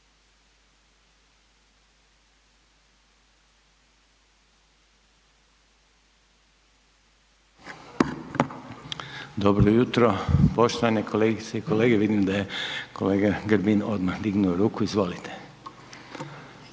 Dobro jutro poštovane kolegice i kolege. Vidim da je kolega Grbin odmah dignuo ruku, izvolite.